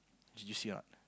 juicy or not